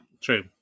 True